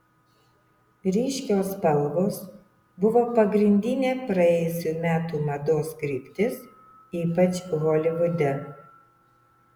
ryškios spalvos buvo pagrindinė praėjusių metų mados kryptis ypač holivude